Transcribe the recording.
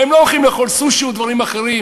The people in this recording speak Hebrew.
הם לא הולכים לאכול סושי או דברים אחרים,